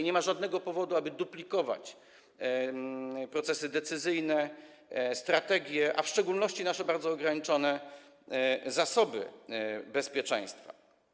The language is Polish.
Nie ma żadnego powodu, aby duplikować procesy decyzyjne, strategie, a w szczególności nasze bardzo ograniczone zasoby bezpieczeństwa.